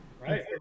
Right